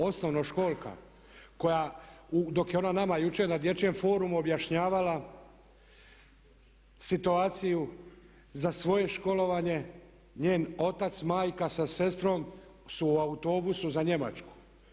Osnovnoškolka koja dok je ona nama jučer na dječjem forumu objašnjavala situaciju za svoje školovanje njen otac, majka sa sestrom su u autobusu za Njemačku.